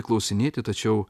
klausinėti tačiau